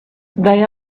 they